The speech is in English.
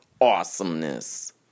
awesomeness